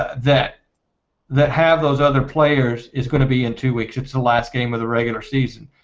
ah that that have those other players is going to be in two weeks it's the last game of the regular season